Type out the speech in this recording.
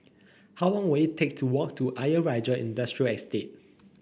how long will it take to walk to Ayer Rajah Industrial Estate